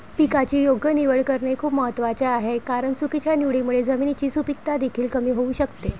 पिकाची योग्य निवड करणे खूप महत्वाचे आहे कारण चुकीच्या निवडीमुळे जमिनीची सुपीकता देखील कमी होऊ शकते